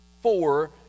four